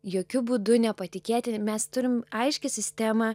jokiu būdu nepatikėti mes turim aiškią sistemą